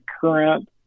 current